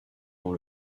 dans